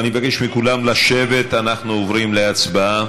אני מבקש מכולם לשבת, אנחנו עוברים להצבעה.